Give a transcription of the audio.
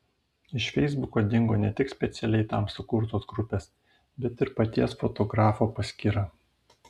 iš feisbuko dingo ne tik specialiai tam sukurtos grupės bet ir paties fotografo paskyra